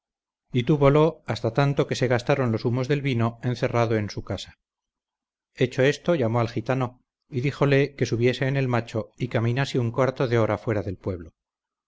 y távolo hasta tanto que se gastaron los humos del vino encerrado en su casa hecho esto llamó al gitano y díjole que subiese en el macho y caminase un cuarto de hora fuera del pueblo